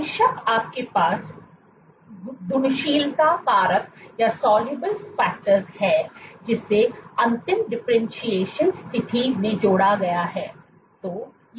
बेशक आपके पास घुलनशील कारक है जिसे अंतिम डिफरेंटशिएशन स्थिति में जोड़ा गया हैं